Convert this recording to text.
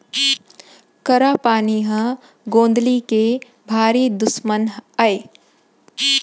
करा पानी ह गौंदली के भारी दुस्मन अय